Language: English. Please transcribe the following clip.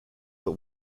but